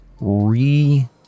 re